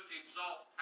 exalt